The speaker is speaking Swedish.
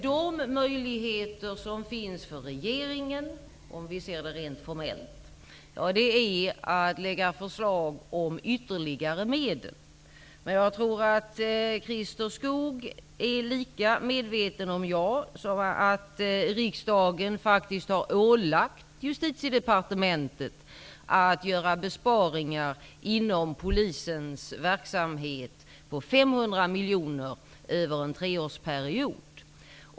Den möjlighet regeringen har, om vi ser det rent formellt, är att lägga fram förslag om ytterligare medel. Jag tror dock att Christer Skoog är lika medveten som jag om att riksdagen faktiskt har ålagt Justitiedepartementet att göra besparingar inom Polisens verksamhetsområde på 500 miljoner kronor över en treårsperiod.